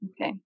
Okay